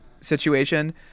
situation